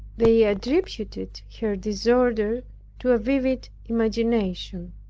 they attributed her disorder to a vivid imagination.